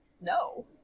No